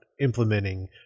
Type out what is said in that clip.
implementing